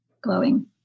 glowing